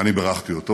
ואני בירכתי אותו